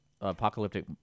apocalyptic